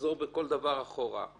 לחזור בכל דבר אחורה.